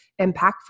impactful